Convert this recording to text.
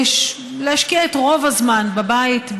להשקיע את רוב הזמן בבית,